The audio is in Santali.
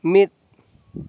ᱢᱤᱫ